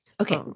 okay